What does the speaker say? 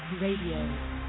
Radio